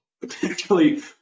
potentially